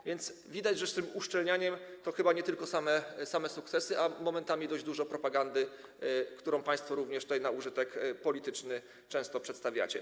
A więc widać, że z tym uszczelnianiem to chyba są nie tylko same sukcesy, ale momentami mamy dość dużo propagandy, którą państwo również tutaj na użytek polityczny często uprawiacie.